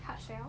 hard sell